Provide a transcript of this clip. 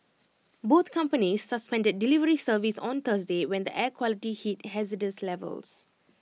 both companies suspended delivery service on Thursday when the air quality hit hazardous levels